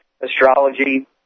astrology